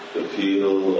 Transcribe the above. appeal